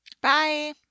Bye